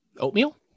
Oatmeal